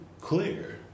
clear